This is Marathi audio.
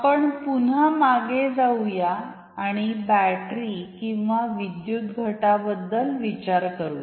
आपण पुन्हा मागे जाऊ या आणि बॅटरी किंवा विद्युत घटाबद्दल विचार करूया